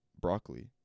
broccoli